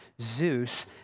Zeus